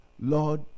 Lord